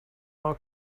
our